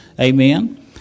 Amen